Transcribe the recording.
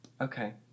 Okay